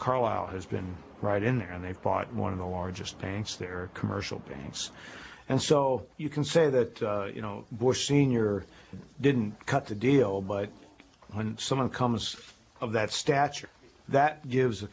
carlyle has been right in there and they've bought one of the largest banks their commercial banks and so you can say that you know bush sr didn't cut the deal but when someone comes of that stature that gives a